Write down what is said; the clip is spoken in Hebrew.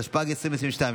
התשפ"ג 2022,